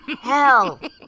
hell